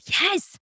Yes